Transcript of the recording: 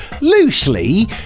loosely